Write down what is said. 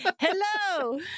hello